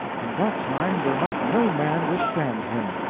and that time there might no man withstand him.